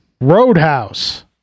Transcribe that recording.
Roadhouse